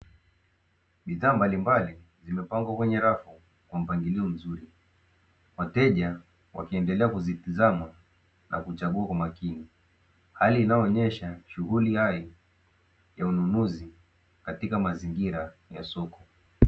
Bidhaa mbalimbali zimepangwa kwenye rafu kwa mpangilio mzuri, wateja wakiendelea kuzitazama na kuchagua kwa makini hali inayoonyesha shughuli hai ya ununuzi katika mazingira ya soko.